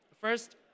First